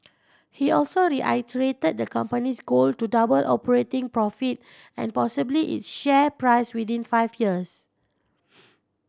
he also reiterated the company's goal to double operating profit and possibly its share price within five years